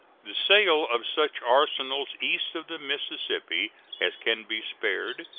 the sale of such arsenals east of the mississippi as can be spared,